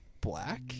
black